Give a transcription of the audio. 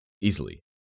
easily